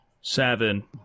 Seven